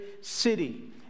city